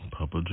Papa